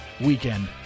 weekend